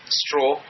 straw